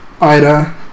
Ida